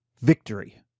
Victory